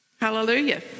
Hallelujah